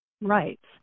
rights